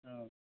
অ